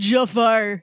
Jafar